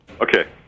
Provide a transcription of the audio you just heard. Okay